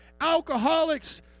Alcoholics